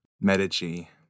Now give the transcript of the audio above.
Medici